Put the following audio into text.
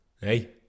Hey